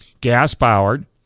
Gas-powered